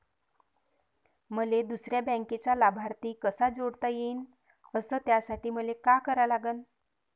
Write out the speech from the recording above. मले दुसऱ्या बँकेचा लाभार्थी कसा जोडता येईन, अस त्यासाठी मले का करा लागन?